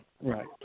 right